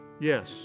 Yes